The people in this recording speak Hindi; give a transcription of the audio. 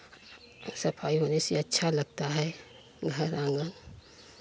सफाई होने से अच्छा लगता है घर आँगन